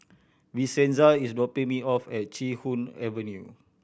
Vincenza is dropping me off at Chee Hoon Avenue